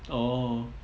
oh